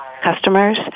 customers